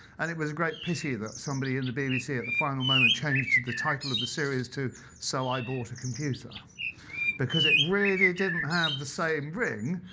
and it was a great pity that somebody in the bbc at the final moment changed the title of the series to so i bought a computer because it really didn't have the same ring,